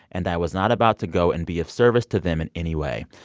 and i was not about to go and be of service to them in any way.